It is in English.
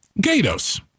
Gatos